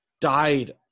died